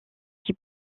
qui